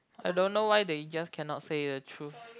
I don't know why they just cannot say the truth